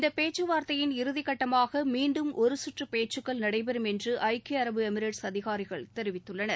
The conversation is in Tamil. இந்த பேச்சுவார்த்தையில் இறுதிகட்டமாக மீண்டும் ஒரு குற்று பேச்சுக்கள் நடைபெறும் என்று ஐக்கிய அரபு எமிரேட்ஸ் அதிகாரிகள் தெரிவித்துள்ளனர்